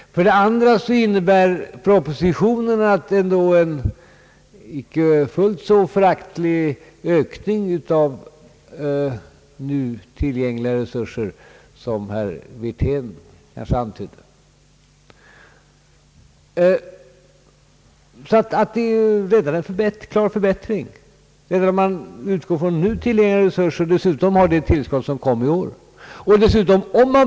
För det andra inne bär propositionens förslag en icke fullt så föraktlig ökning av nu tillgängliga resurser som herr Wirtén antydde. Redan dessa utgör en klar förbättring, och dessutom tillkommer årets tillskott.